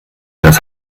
das